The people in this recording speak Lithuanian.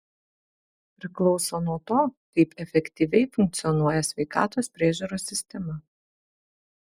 priklauso nuo to kaip efektyviai funkcionuoja sveikatos priežiūros sistema